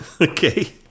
Okay